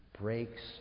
breaks